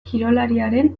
kirolariaren